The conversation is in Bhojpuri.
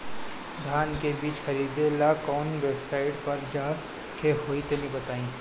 धान का बीज खरीदे ला काउन वेबसाइट पर जाए के होई तनि बताई?